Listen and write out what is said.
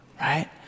right